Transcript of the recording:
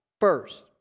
first